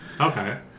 Okay